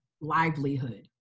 livelihood